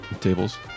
tables